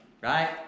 Right